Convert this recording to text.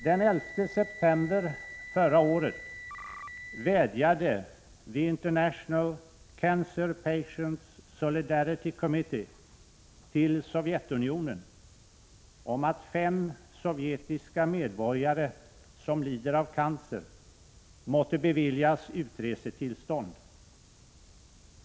Den 11 september förra året vädjade the International Cancer Patients Solidarity Committee till Sovjetunionen om att fem sovjetiska medborgare som lider av cancer måtte beviljas utresetillstånd.